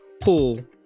pool